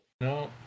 No